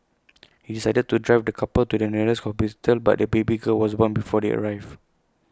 he decided to drive the couple to the nearest but the baby girl was born before they arrived